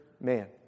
man